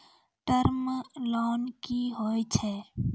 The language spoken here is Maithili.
टर्म लोन कि होय छै?